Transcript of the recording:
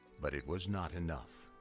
but it was not enough.